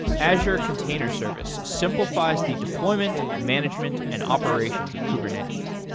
azure container service simplifies the deployment, management and operations of kubernetes.